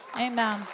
Amen